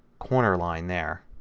corner line there.